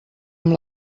amb